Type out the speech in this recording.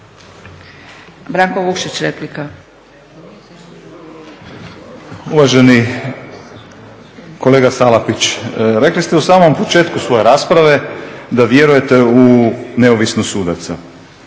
Branko (Nezavisni)** Uvaženi kolega Salapić, rekli ste u samom početku svoje rasprave da vjerujete u neovisnost sudaca.